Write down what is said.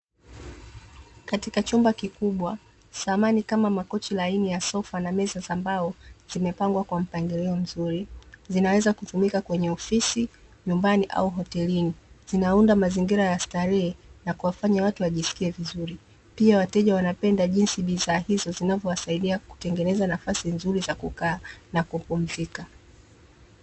Katika chumba kikubwa samani kana makochi laini ya sofa na meza za mbao zimepangwa kwa mpangilio mzuri, zinaweza kutumika kwenye ofisi, nyumbani au hata hotelini, zinaunda mazingira ya starehe na kuwafanya watu wajiskie vizuri. Pia, wateja wanapenda jinsi bidhaa hizo zinavyowasaidia kutengeneza nafasi nzuri za kukaa na kupumzika.